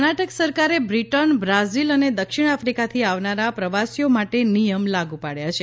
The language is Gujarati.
કર્ણાટક સરકાર કર્ણાટક સરકારે બ્રિટન બ્રાઝિલ અને દક્ષિણ આફ્રિકાથી આવનારા પ્રવાસીઓ માટે નિયમ લાગુ પાડ્યા છે